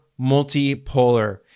multipolar